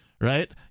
right